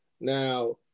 Now